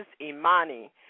Imani